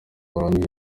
barangije